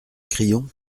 crillon